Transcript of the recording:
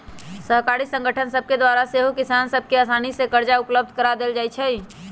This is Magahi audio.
सहकारी संगठन सभके द्वारा सेहो किसान सभ के असानी से करजा उपलब्ध करा देल जाइ छइ